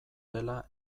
dela